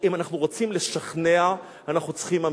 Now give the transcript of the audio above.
הוא מצפצף עלינו ומרקיד אותנו.